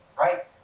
right